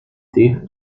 ter